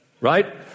right